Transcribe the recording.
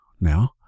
now